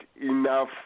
enough